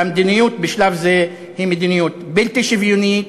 והמדיניות בשלב זה היא מדיניות בלתי שוויונית,